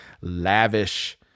lavish